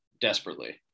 desperately